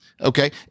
okay